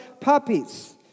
puppies